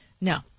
No